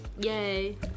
Yay